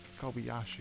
Kobayashi